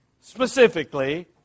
specifically